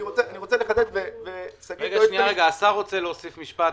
רגע, השר רוצה להוסיף משפט.